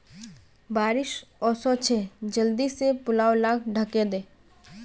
बारिश ओशो छे जल्दी से पुवाल लाक ढके दे